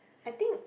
I think